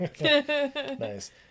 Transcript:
Nice